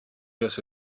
just